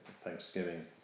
thanksgiving